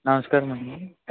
నమస్కారం అండి